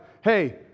hey